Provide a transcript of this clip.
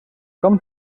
com